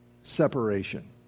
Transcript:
separation